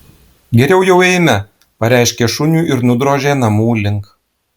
geriau jau eime pareiškė šuniui ir nudrožė namų link